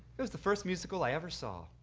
it was the first musical i ever saw.